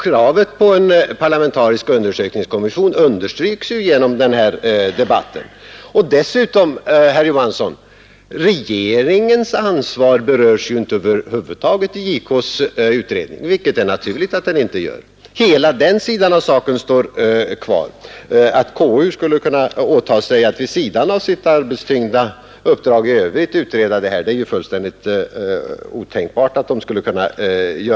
Kravet på en parlamentarisk undersökningskommission understryks ju genom den här debatten. Dessutom, herr Johansson, berörs ju regeringens ansvar över huvud taget inte i JK:s utredning, vilket är naturligt. Hela den sidan av saken står kvar. Att konstitutionsutskottet skulle åtaga sig att vid sidan av sitt övriga betungande arbete utreda det här är ju fullständigt otänkbart.